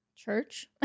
Church